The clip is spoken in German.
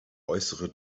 äußere